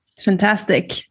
Fantastic